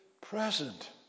present